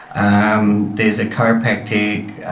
um there's a chiropractic,